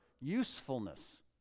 usefulness